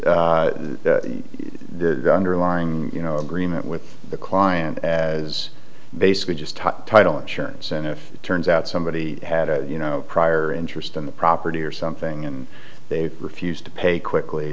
describing this underlying you know agreement with the client as basically just title insurance and if it turns out somebody had a you know prior interest in the property or something and they refused to pay quickly